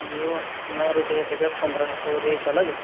दिक्खो में रपे देगा पंदरां सौ ते चलग